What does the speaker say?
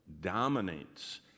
dominates